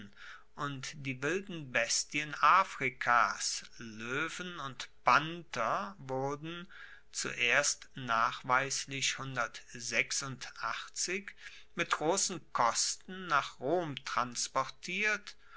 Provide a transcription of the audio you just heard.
und die wilden bestien afrikas loewen und panther wurden nach mit grossen kosten nach rom transportiert